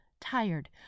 tired